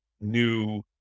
new